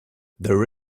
there